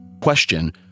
question